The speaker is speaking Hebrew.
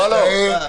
ואיזה סוג של מקרים?